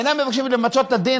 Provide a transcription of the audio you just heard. אינם מבקשים למצות את הדין,